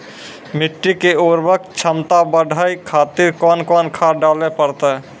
मिट्टी के उर्वरक छमता बढबय खातिर कोंन कोंन खाद डाले परतै?